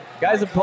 Guys